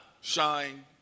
shine